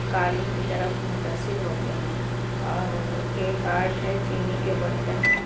قالین کی طرف متاثر ہوتے ہیں اور ایک آرٹ ہے چینی کے برتن